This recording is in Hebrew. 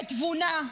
בתבונה,